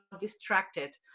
distracted